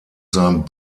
sein